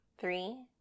three